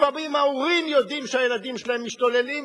לפעמים ההורים יודעים שהילדים שלהם משתוללים,